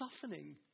softening